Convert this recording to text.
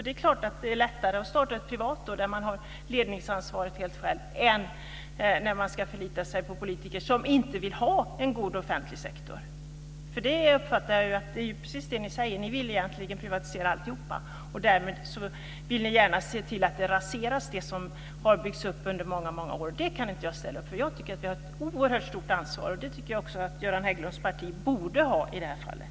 Det är klart att det är lättare med en privat aktör som har ledningsansvaret helt själv än att förlita sig på politiker som inte vill ha en god offentlig sektor. Det är precis det som ni säger. Ni vill egentligen privatisera alltihop. Därmed vill ni gärna se att det som har byggts upp under många år raseras. Det kan jag inte ställa upp på. Vi har ett oerhört stort ansvar, och jag tycker att också Göran Hägglunds parti borde ha det i det här fallet.